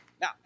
Now